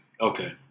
Okay